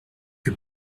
que